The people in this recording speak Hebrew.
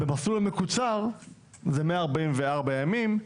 במסלול המקוצר זה מאה ארבעים וארבעה ימים,